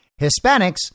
Hispanics